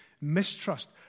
Mistrust